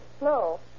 No